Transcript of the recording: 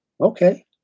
okay